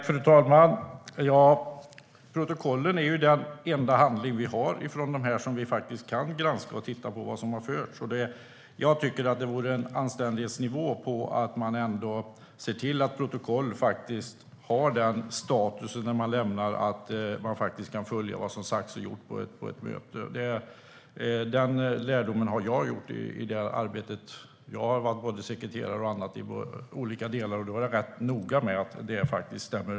Fru talman! Protokollen är den enda handling från de här mötena som vi har och kan granska, för att se vad som har hänt. Det vore anständigt att se till att protokoll har sådan status att man kan följa vad som har sagts och gjorts på ett möte. Den lärdomen har jag gjort i mitt arbete. Jag har varit sekreterare och annat i olika sammanhang och har då varit rätt noga med att protokollen ska stämma.